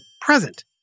present